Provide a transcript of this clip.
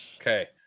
okay